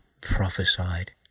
prophesied